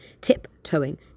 tiptoeing